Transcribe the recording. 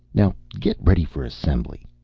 now get ready for assembly.